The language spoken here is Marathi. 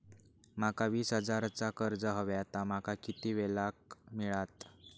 माका वीस हजार चा कर्ज हव्या ता माका किती वेळा क मिळात?